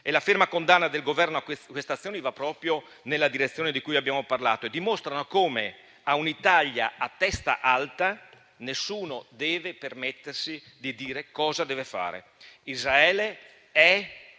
E la ferma condanna del Governo a queste azioni va proprio nella direzione di cui abbiamo parlato e dimostra come a un'Italia a testa alta nessuno deve permettersi di dire cosa deve fare. Israele è